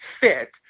fit